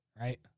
right